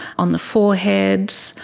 on the forehead,